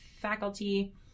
faculty